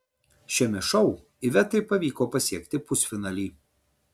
šiame šou ivetai pavyko pasiekti pusfinalį